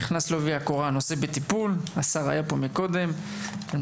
שהיה פה גם קודם,